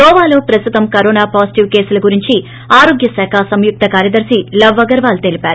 గోవాలో ప్రస్తుతం corona positive కేసులు గురించి ఆరోగ్యశాఖ సంయుక్త కార్యదర్తి లవ్ అగర్వాల్ తెలిపారు